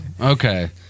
okay